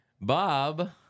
Bob